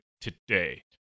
today